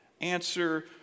answer